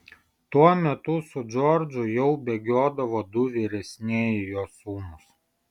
tuo metu su džordžu jau bėgiodavo du vyresnieji jo sūnūs